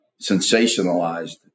sensationalized